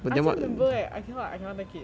I still remember eh I cannot I cannot take it